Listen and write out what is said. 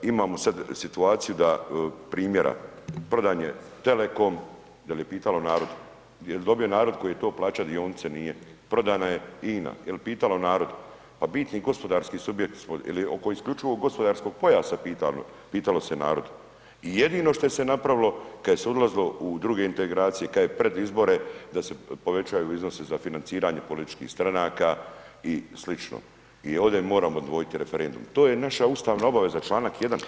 Imamo sad situaciju da primjera, prodan je telekom, jel je pitalo narod, jel dobio narod koji je to plaćao dionice, nije, prodana je INA, jel pitalo narod, pa bitni gospodarski subjekti smo ili oko isključivog gospodarskog pojasa je pitalo se narod i jedino što se je napravilo kad se je odlazilo u druge integracije kad je pred izbore da se povećaju iznosi za financiranje političkih stranaka i sl. i ovdje moramo odvojiti referendum, to je naša ustavna obaveza, čl. 1 [[Upadica: Hvala…]] da zaštitimo [[Upadica:…slijedeća, slijedeća…]] volju naroda.